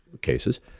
cases